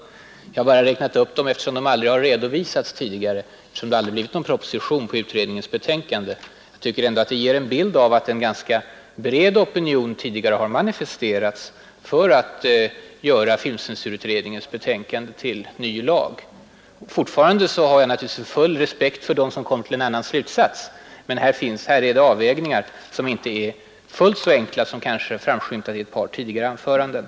Jag har räknat upp dem eftersom de inte redovisats tidigare — det blev ju aldrig någon proposition på utredningens betänkande. Jag tycker det ger en bild av att en ganska bred opinion har manifesterats för att göra filmcensurutredningens betänkande till ny lag. Fortfarande har jag naturligtvis respekt för dem som kommer till en annan slutsats. Men det här är en fråga som inte är fullt så enkel som kanske framskymtat i ett par tidigare anföranden.